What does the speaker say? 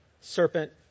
serpent